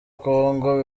kongo